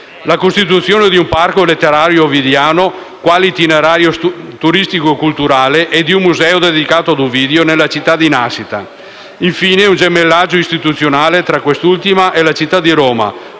la costituzione di un Parco letterario ovidiano, quale itinerario turistico-culturale e di un museo dedicato ad Ovidio, nella città di nascita; infine, un gemellaggio istituzionale tra quest'ultima e la città di Roma,